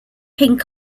pink